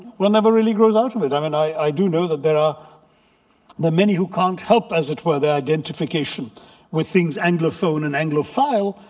one never really grows out of it. i mean i do know that there are many who can't help, as it were, their identification with things anglophone and anglophile.